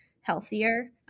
healthier